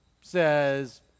says